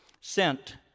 sent